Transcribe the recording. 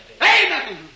Amen